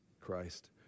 Christ